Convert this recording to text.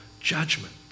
judgment